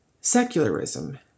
Secularism